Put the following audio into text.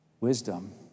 Wisdom